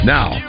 Now